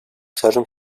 tarım